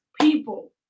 people